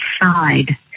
side